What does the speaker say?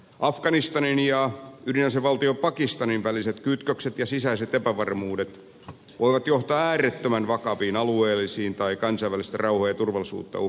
afganistanin ja ydinasevaltio pakistanin väliset kytkökset ja sisäiset epävarmuudet voivat johtaa äärettömän vakaviin alueellisiin tai kansainvälistä rauhaa ja turvallisuutta uhkaaviin tilanteisiin